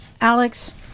Alex